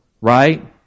right